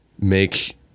make